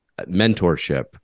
mentorship